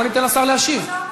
בואו ניתן לשר להשיב.